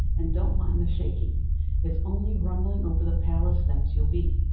and don't mind the shaking it's only rumbling over the palace steps you'll be.